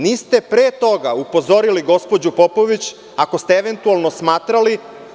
Niste pre toga upozorili gospođu Popović ako ste smatrali…